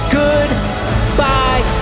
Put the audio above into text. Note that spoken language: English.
goodbye